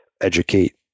educate